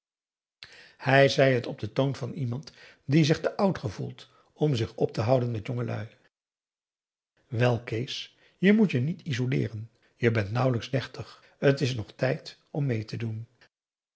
hij zei het op den toon van iemand die zich te oud gevoelt om zich op te houden met jongelui wel kees je moet je niet isoleeren je bent nauwelijks dertig t is nog tijd om mee te doen